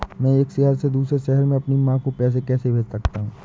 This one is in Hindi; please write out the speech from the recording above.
मैं एक शहर से दूसरे शहर में अपनी माँ को पैसे कैसे भेज सकता हूँ?